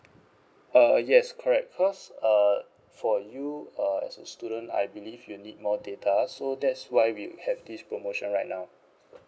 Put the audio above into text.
uh yes correct cause uh for you uh as a student I believe you need more data so that's why we have this promotion right now